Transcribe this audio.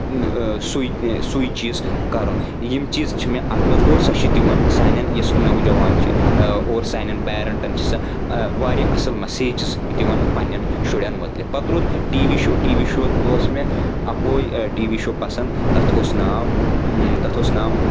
سُے سُے چیٖز کرُن یِم چیٖز چھِ مےٚ اَتھ منٛز اور سۄ چھِ دِوَان سانؠن یُس نوجوان چھِ اور سانؠن پَیرَنٛٹَن چھِ سۄ واریاہ اصل مَٮ۪سَیجٕز دِوَان پَنٛنؠن شُرؠن مُتلِق پتہٕ روٗد T V show T V show اوس مےٚ اکوے ٹی وی شو پَسنٛد تتھ اوس ناو تَتھ اوس ناو